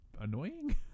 annoying